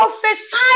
Prophesy